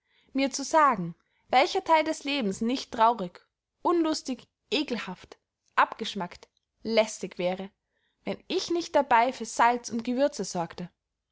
mir zu sagen welcher theil des lebens nicht traurig unlustig eckelhaft abgeschmackt lästig wäre wenn ich nicht dabey für salz und gewürze sorgte